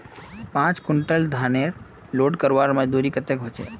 पाँच कुंटल धानेर लोड करवार मजदूरी कतेक होचए?